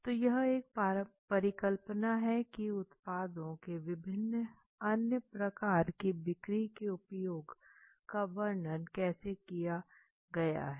तो यह एक परिकल्पना है कि उत्पादों के विभिन्न अन्य प्रकार की बिक्री के उपयोग का वर्णन कैसे किया गया है